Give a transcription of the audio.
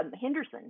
Henderson